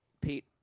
Pete